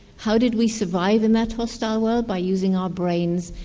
how did we survive in that hostile world? by using our brains,